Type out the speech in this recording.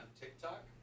TikTok